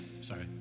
Sorry